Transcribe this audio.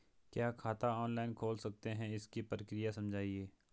क्या खाता ऑनलाइन खोल सकते हैं इसकी प्रक्रिया समझाइए?